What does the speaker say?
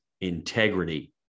integrity